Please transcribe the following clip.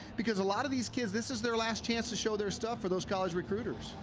because a lot of these kids, this is their last chance to show their stuff for those college recruiters.